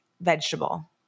vegetable